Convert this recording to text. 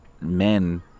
men